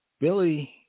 Billy